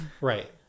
right